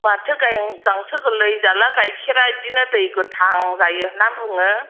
माथो गां गांसो गोरलै जाब्ला गाइखेरा बिदिनो दै गोथां जायो होन्ना बुङो